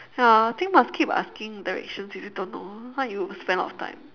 ya I think must keep asking directions if you don't know if not you spend a lot of time